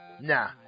Nah